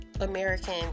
american